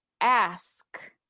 ask